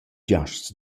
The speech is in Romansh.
giasts